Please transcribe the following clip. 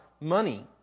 money